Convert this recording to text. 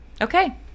Okay